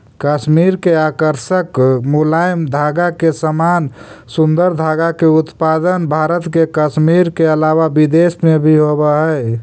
कश्मीर के आकर्षक मुलायम धागा के समान सुन्दर धागा के उत्पादन भारत के कश्मीर के अलावा विदेश में भी होवऽ हई